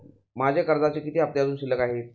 माझे कर्जाचे किती हफ्ते अजुन शिल्लक आहेत?